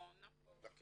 אני